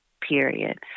period